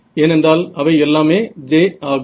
ஏனென்றால் அவை எல்லாமே j ஆகும்